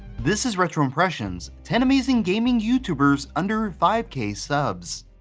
this is retro impressions ten amazing gaming youtubers under five k subs